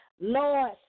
Lord